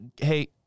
Hey